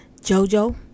Jojo